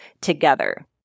together